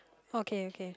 okay okay